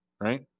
right